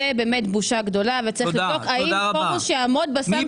זאת באמת בושה גדולה וצריך לבדוק האם פרוש יעמוד בסנקציות בנושא הזה.